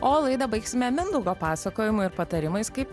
o laidą baigsime mindaugo pasakojimu ir patarimais kaip